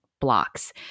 blocks